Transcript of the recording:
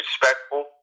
respectful